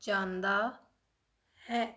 ਜਾਂਦਾ ਹੈ